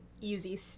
easy